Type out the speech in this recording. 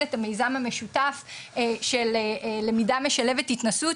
את המיזם המשותף של למידה משלבת התנסות,